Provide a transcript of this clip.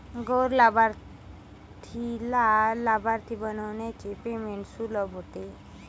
गैर लाभार्थीला लाभार्थी बनविल्याने पेमेंट सुलभ होते